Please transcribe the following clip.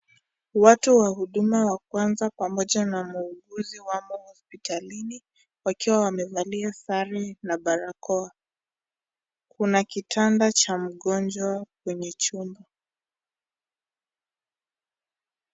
Watu wa huduma wa kwanza pamoja na muuguzi wamo hospitalini wakiwa wamevalia sare na barakoa, kuna kitanda cha mgonjwa kwenye chumba.